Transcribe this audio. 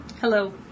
Hello